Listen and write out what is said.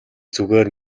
зүгээр